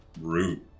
root